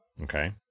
Okay